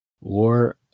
war